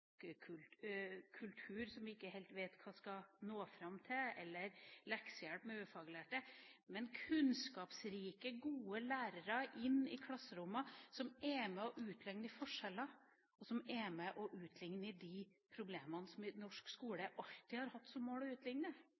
kultur vi ikke helt vet hvem skal nå fram til, eller leksehjelp med ufaglærte, men kunnskapsrike, gode lærere inn i klasserommene som er med å utligne forskjeller, og som er med å utligne de problemene norsk skole alltid har hatt som mål å utligne.